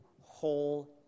whole